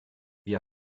wir